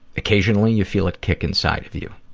occasionally you feel it kick inside of you,